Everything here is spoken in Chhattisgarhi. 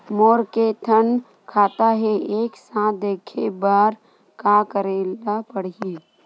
मोर के थन खाता हे एक साथ देखे बार का करेला पढ़ही?